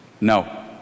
No